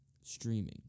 streaming